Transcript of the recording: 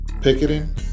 picketing